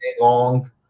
long